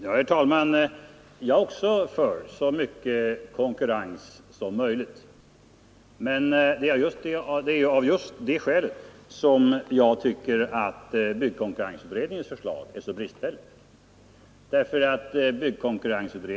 Herr talman! Jag är också för så mycket konkurrens som möjligt, och det är av just det skälet som jag tycker att byggkonkurrensutredningens förslag är så bristfälligt.